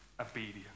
obedience